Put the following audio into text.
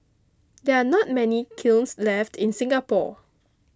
there are not many kilns left in Singapore